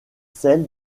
celle